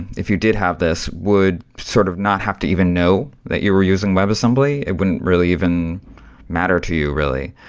if you did have this, would sort of not have to even know that you were using webassembly. it wouldn't really even matter to you really.